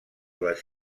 les